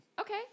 okay